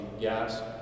gas